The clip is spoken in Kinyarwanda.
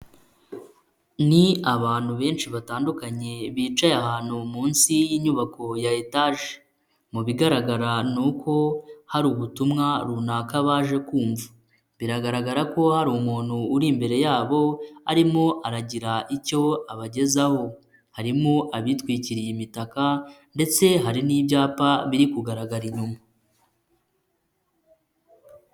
Ni abantu benshi batandukanye, bicaye ahantu munsi y'inyubako ya etaje, mu bigaragara ni uko hari ubutumwa runaka baje kumva, biragaragara ko hari umuntu uri imbere yabo, arimo aragira icyo abagezaho, harimo abitwikiriye imitaka ndetse hari n'ibyapa, biri kugaragara inyuma.